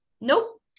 Nope